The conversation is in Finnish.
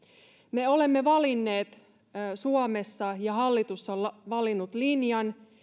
me olemme valinneet suomessa ja hallitus on valinnut linjan